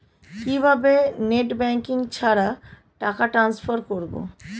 কিভাবে net banking ছাড়া টাকা টান্সফার করব?